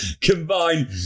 Combine